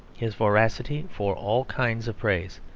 his voracity for all kinds of praise,